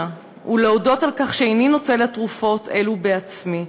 ולהודות על כך שאיני נוטלת תרופות אלו בעצמי.